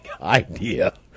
idea